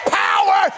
power